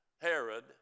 Herod